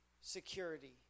security